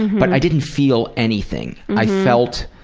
but i didn't feel anything. i felt,